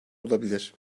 olabilir